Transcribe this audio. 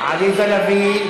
עליזה לביא.